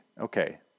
Okay